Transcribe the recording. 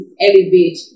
elevate